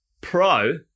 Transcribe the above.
pro